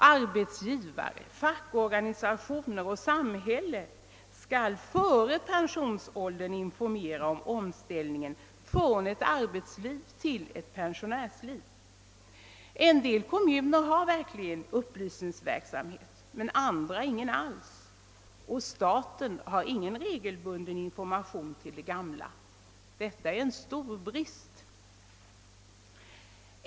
Arbetsgivare, fackorganisationer och samhälle skall före pensionsåldern informera om omställningen från arbetsliv till pensionärsliv. En del kommuner har upplysningsverksamhet, men andra inte. Staten har ingen regelbunden information till de gamla. Detta är en stor brist.